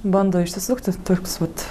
bando išsisukti toks vat